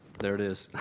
there it is.